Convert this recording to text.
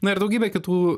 na ir daugybę kitų